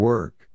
Work